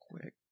quick